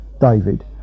David